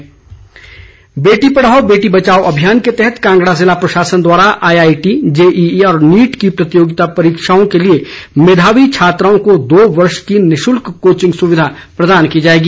coaching बेटी पढ़ाओ बेटी बचाओ अभियान के तहत कांगड़ा जिला प्रशासन द्वारा आईआईटी जेईई और नीट की प्रतियोगी परीक्षाओं के लिए मेघावी छात्राओं को दो वर्ष की निशल्क कोचिंग सुविधा प्रदान की जाएगी